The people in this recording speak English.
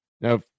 Now